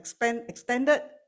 extended